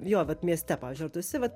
jo vat mieste pavyzdžiui ar tu esi vat